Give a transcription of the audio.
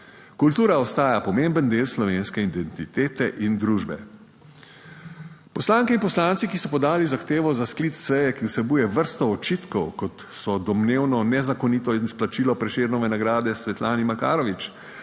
Kultura ostaja pomemben del slovenske identitete in družbe. Poslanke in poslanci, ki so podali zahtevo za sklic seje, ki vsebuje vrsto očitkov, kot so domnevno nezakonito izplačilo Prešernove nagrade Svetlani Makarovič,